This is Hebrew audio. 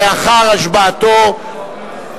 לאחר השבעתו,